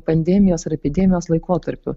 pandemijos ar epidemijos laikotarpiu